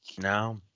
No